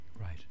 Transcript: Right